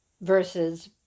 versus